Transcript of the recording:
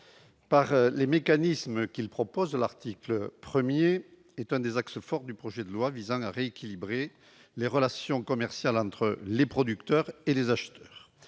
par les mécanismes qu'il propose, l'article 1 est l'un des axes forts du projet de loi visant à rééquilibrer les relations commerciales entre les producteurs et les acheteurs.